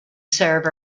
server